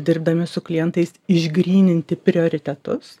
dirbdami su klientais išgryninti prioritetus